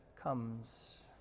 comes